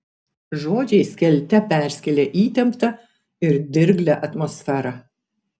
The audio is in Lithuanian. žodžiai skelte perskėlė įtemptą ir dirglią atmosferą